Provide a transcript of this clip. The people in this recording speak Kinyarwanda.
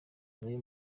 bibaye